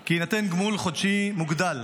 כי יינתן גמול חודשי מוגדל